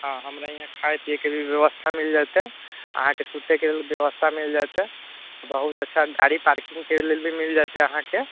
हँ हमरा यहाँ खाइ पिएके भी बेबस्था मिल जेतै अहाँके सुतैके लेल बेबस्था मिल जेतै बहुत अच्छा गाड़ी पार्किंगके लेल भी मिल जेतै अहाँके